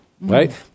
right